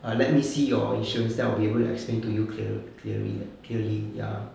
err let me see your insurance then I will be able to explain to you cle~ cle~ clearly ah clearly ya